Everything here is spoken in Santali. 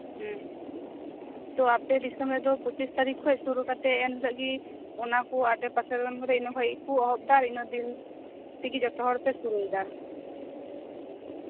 ᱦᱩᱸ ᱛᱚ ᱟᱯᱮ ᱫᱤᱥᱚᱢ ᱨᱮᱫᱚ ᱯᱚᱸᱪᱤᱥ ᱛᱟᱨᱤᱠ ᱠᱷᱚᱱ ᱥᱩᱨᱩ ᱠᱟᱛᱮ ᱮᱱᱦᱤᱞᱳᱜ ᱜᱮ ᱚᱱᱟ ᱠᱚ ᱟᱰᱮ ᱯᱟᱥᱮ ᱨᱮᱱ ᱮᱱ ᱦᱤᱞᱳᱜ ᱠᱷᱚᱡ ᱜᱮᱠᱚ ᱮᱦᱚᱵ ᱮᱫᱟ ᱟᱨ ᱤᱱᱟᱹ ᱠᱚ ᱫᱤᱱ ᱛᱮᱜᱤ ᱡᱚᱛᱚ ᱦᱚᱲ ᱯᱮ ᱥᱩᱨᱩᱭ ᱫᱟ